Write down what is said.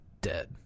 dead